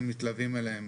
כרגע?